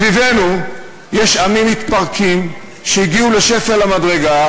סביבנו יש עמים מתפרקים שהגיעו לשפל המדרגה